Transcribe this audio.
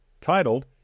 titled